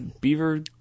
Beaver